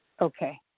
Okay